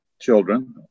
children